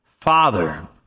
Father